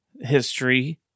history